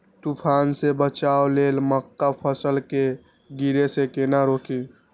तुफान से बचाव लेल मक्का फसल के गिरे से केना रोकी?